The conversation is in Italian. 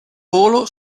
volo